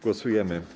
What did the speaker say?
Głosujemy.